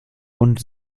und